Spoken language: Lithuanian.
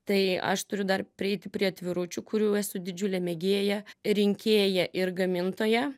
tai aš turiu dar prieiti prie atviručių kurių esu didžiulė mėgėja rinkėja ir gamintoja